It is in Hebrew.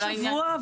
לא שבוע.